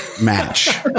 match